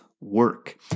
work